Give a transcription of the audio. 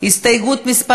הסתייגות מס'